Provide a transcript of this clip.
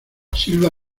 silva